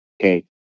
Okay